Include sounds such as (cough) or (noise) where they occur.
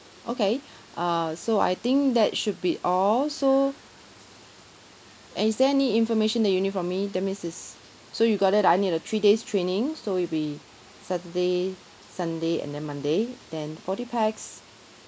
okay (breath) uh so I think that should be all so and is there any information that you need from me that means it's so you got it ah I need a three days training so it'll be saturday sunday and then monday then forty pax